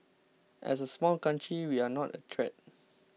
as a small country we are not a threat